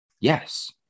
yes